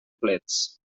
plets